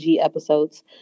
episodes